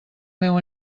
meu